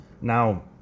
now